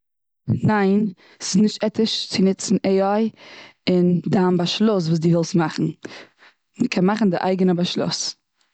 ניין, ס'איז נישט עטיש צו ניצן עי איי, און דיין באשלוס און וואס די ווילסט מאכן. מ'קען מאכן די אייגענע באשלוס.